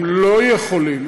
הם לא יכולים,